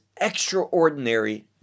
extraordinary